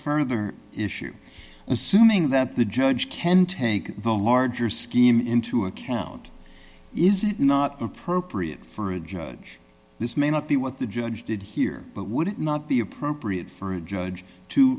further issue assuming that the judge ken take the larger scheme into account is it not appropriate for a judge this may not be what the judge did here but would it not be appropriate for a judge to